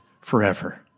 forever